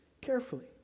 carefully